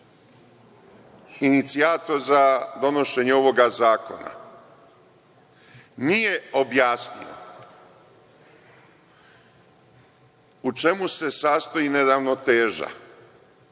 inicijator za donošenje ovog zakona nije objasnio u čemu se sastoji neravnoteža,